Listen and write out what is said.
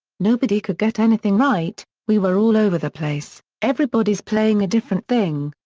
nobody could get anything right, we were all over the place, everybody's playing a different thing.